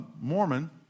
Mormon